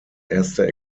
erste